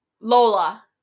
Lola